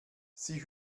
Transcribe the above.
sie